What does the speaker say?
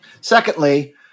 Secondly